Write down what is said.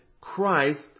Christ